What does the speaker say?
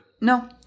No